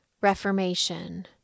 reformation